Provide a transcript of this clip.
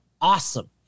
awesome